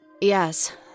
Yes